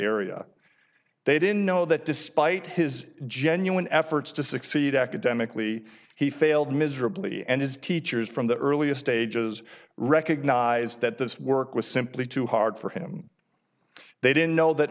area they didn't know that despite his genuine efforts to succeed academically he failed miserably and his teachers from the earliest stages recognized that this work was simply too hard for him they didn't know that